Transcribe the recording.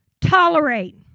Tolerate